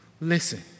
Listen